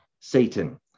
Satan